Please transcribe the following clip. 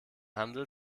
handel